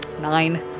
Nine